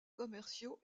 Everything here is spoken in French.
commerciaux